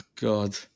God